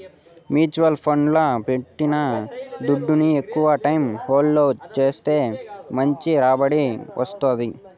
mutual ఫండ్లల్ల పెట్టిన దుడ్డుని ఎక్కవ టైం హోల్డ్ చేస్తే మంచి రాబడి వస్తాది